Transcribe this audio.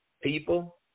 people